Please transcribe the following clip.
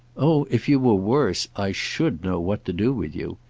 oh if you were worse i should know what to do with you.